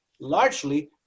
largely